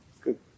Good